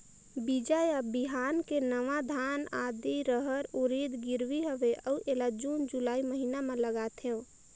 बीजा या बिहान के नवा धान, आदी, रहर, उरीद गिरवी हवे अउ एला जून जुलाई महीना म लगाथेव?